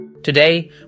Today